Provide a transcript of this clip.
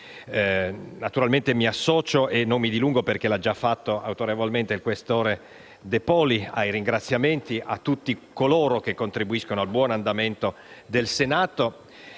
Naturalmente mi associo - e non mi dilungo perché lo ha già fatto autorevolmente il questore De Poli - anche ai ringraziamenti a tutti coloro che contribuiscono al buon andamento del Senato.